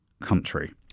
country